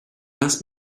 ask